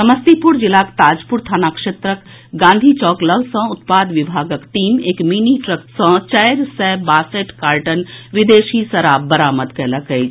समस्तीपुर जिलाक ताजपुर थाना क्षेत्रक गांधी चौक लऽग सँ उत्पाद विभागक टीम एक मिनी ट्रक सँ चारि सय बासठि कार्टन विदेशी शराब बरामद कयलक अछि